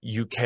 UK